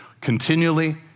continually